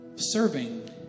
Serving